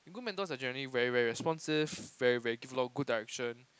good mentors are generally very very responsive very very give a lot of good directions